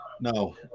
No